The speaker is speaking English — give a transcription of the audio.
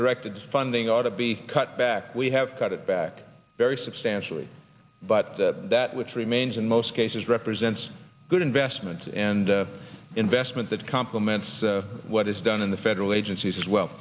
directed funding ought to be cut back we have cut it back very substantially but that which remains in most cases represents good investment and investment that complements what is done in the federal agencies as well